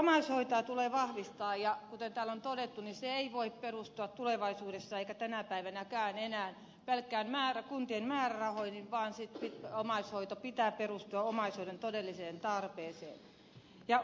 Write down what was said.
omaishoitoa tulee vahvistaa ja kuten täällä on todettu se ei voi perustua tulevaisuudessa eikä tänä päivänäkään enää pelkkiin kuntien määrärahoihin vaan omaishoidon pitää perustua omaishoidon todelliseen tarpeeseen